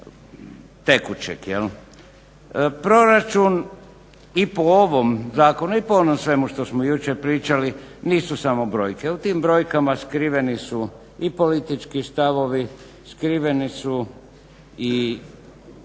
tekućeg jel. Proračun i po ovom zakonu i po onom svemu što smo jučer pričali nisu samo brojke, u tim brojkama skriveni su i politički stavovi, skrivena su i